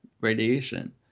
radiation